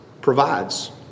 provides